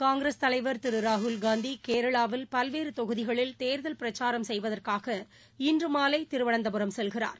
காங்கிரஸ் தலைவர் திரு ராகுல்காந்தி கேரளாவில் பல்வேறு தொகுதிகளில் தேர்தல் பிரச்சாரம் செய்வதற்காக இன்று மாலை திருவனந்தபுரம் செல்கிறார்